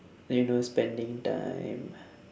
then you know spending time